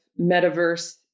metaverse